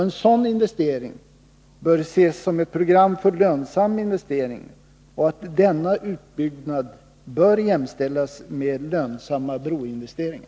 En sådan investering bör ses som ett program för lönsam investering, och denna utbyggnad bör jämställas med lönsamma broinvesteringar.